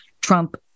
Trump